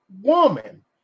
woman